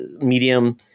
medium